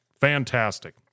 Fantastic